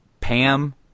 pam